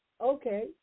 okay